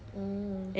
hmm